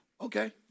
Okay